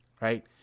Right